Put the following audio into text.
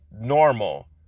normal